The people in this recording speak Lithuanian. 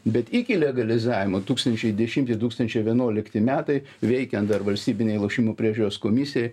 bet iki legalizavimo tūkstančiai dešimti tūkstančiai vienuolikti metai veikiant dar valstybinei lošimų priežiūros komisijai